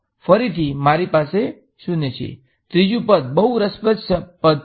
ફરીથી મારી પાસે 0 છે ત્રીજુ પદ બહુ રસપ્રદ શબ્દ છે